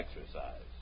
exercise